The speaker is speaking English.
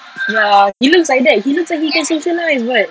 ya he looks like that he looks like he can socialise but